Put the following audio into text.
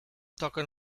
toquen